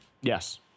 Yes